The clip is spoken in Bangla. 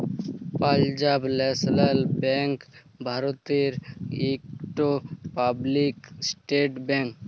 পালজাব ল্যাশলাল ব্যাংক ভারতের ইকট পাবলিক সেক্টর ব্যাংক